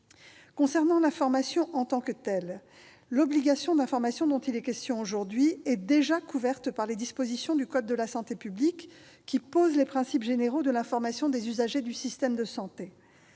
viens à l'information en tant que telle. L'obligation d'information dont il est question aujourd'hui est déjà couverte par les dispositions du code de la santé publique, qui pose les principes généraux de l'information des usagers du système de santé.